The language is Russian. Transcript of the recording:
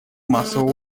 массового